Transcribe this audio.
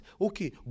Okay